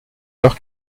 leur